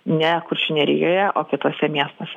ne kuršių nerijoje o kituose miestuose